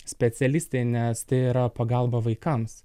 specialistė nes tai yra pagalba vaikams